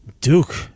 Duke